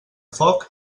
foc